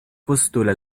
postula